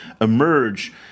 emerge